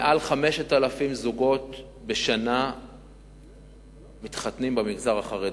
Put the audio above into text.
מעל 5,000 זוגות מתחתנים בשנה במגזר החרדי.